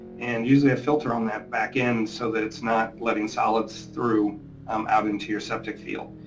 and usually a filter on that back end so that it's not letting solids through um out into your septic field.